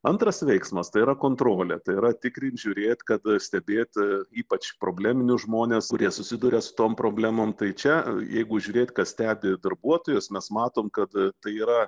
antras veiksmas tai yra kontrolė tai yra tikrint žiūrėt kad stebėt ypač probleminius žmones kurie susiduria su tom problemom tai čia jeigu žiūrėt kas stebi darbuotojus mes matom kad tai yra